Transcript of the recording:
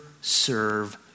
serve